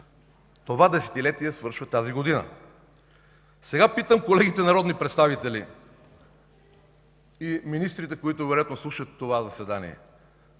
Това десетилетие свършва тази година. Сега питам колегите народни представители и министрите, които вероятно слушат това заседание: